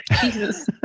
Jesus